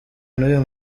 n’uyu